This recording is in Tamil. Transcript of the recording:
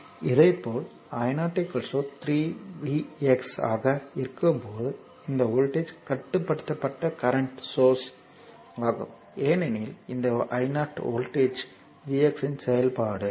இதேபோல் i 0 3 V x ஆக இருக்கும்போது இந்த வோல்டேஜ் கட்டுப்படுத்தப்பட்ட கரண்ட் சோர்ஸ் ஆகும் ஏனெனில் இந்த i 0 வோல்டேஜ் V x இன் செயல்பாடு